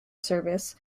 service